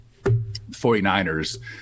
49ers